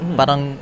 parang